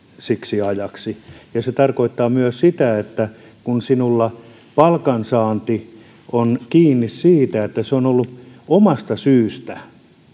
siksi ajaksi se tarkoittaa myös sitä että kun sinulla palkansaanti on kiinni siitä että se on ollut omasta syystä